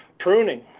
Pruning